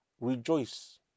rejoice